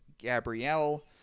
gabrielle